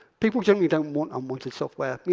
people generally don't want unwanted software.